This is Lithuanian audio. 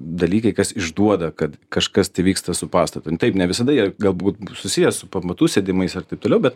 dalykai kas išduoda kad kažkas tai vyksta su pastatu taip ne visada jie galbūt susiję su pamatų sėdimais ar taip toliau bet